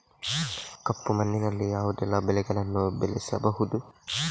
ಕಪ್ಪು ಮಣ್ಣಿನಲ್ಲಿ ಯಾವುದೆಲ್ಲ ಬೆಳೆಗಳನ್ನು ಬೆಳೆಸಬಹುದು?